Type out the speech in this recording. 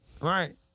Right